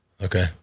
Okay